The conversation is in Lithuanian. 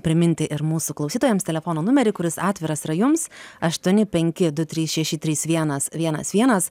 priminti ir mūsų klausytojams telefono numerį kuris atviras yra jums aštuoni penki du trys šeši trys vienas vienas vienas